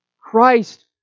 Christ